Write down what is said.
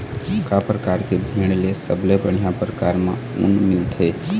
का परकार के भेड़ ले सबले बढ़िया परकार म ऊन मिलथे?